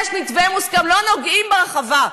יש מתווה מוסכם: לא נוגעים ברחבה,